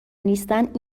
نیستند